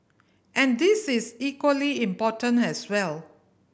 and this is equally important as well